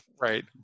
Right